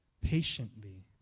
patiently